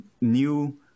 new